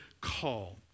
call